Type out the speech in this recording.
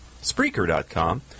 spreaker.com